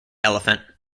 elephant